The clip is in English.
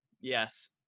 yes